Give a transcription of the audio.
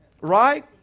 Right